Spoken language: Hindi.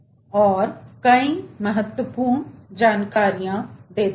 दूसरा कानून पहले कानून के अलावा कई महत्वपूर्ण जानकारी देता है